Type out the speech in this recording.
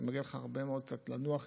אז מגיע לך באמת קצת לנוח